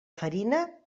farina